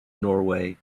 norway